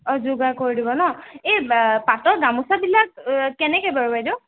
অঁ যোগাৰ কৰি দিব ন এই পাটৰ গামোচাবিলাক কেনেকৈ বাৰু বাইদেউ